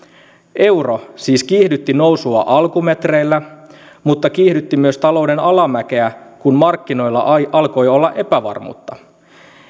euro siis kiihdytti nousua alkumetreillä mutta kiihdytti myös talouden alamäkeä kun markkinoilla alkoi olla epävarmuutta